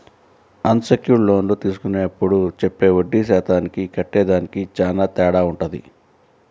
అన్ secured లోన్లు తీసుకునేప్పుడు చెప్పే వడ్డీ శాతానికి కట్టేదానికి చానా తేడా వుంటది